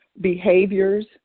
behaviors